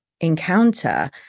encounter